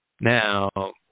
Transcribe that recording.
now